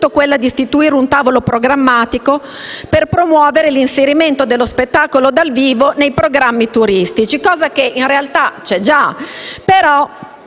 proposta di istituire un tavolo programmatico per promuovere l'inserimento dello spettacolo dal vivo nei programmi turistici, pratica che, in realtà, c'è già, ma